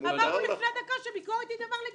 אמרנו לפני דקה שביקורת היא דבר לגיטימי.